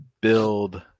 build –